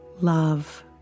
love